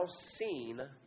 seen